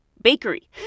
Bakery